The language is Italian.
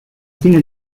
fine